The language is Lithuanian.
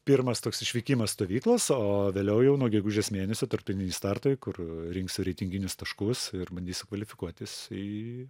pirmas toks išvykimas stovyklos o vėliau jau nuo gegužės mėnesio tarptautiniai startai kur rinksiu reitinginius taškus ir bandysiu kvalifikuotis į